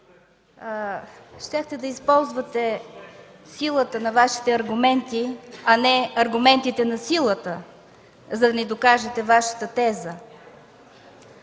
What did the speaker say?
да използвате силата на Вашите аргументи, а не аргументите на силата, за да ни докажете Вашата теза.